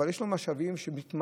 אבל יש לו משאבים והוא מתמקד,